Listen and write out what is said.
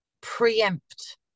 preempt